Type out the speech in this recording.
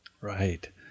Right